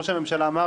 ראש הממשלה אמר